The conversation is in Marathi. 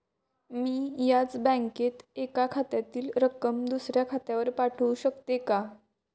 मी याच बँकेत एका खात्यातील रक्कम दुसऱ्या खात्यावर पाठवू शकते का?